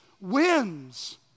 wins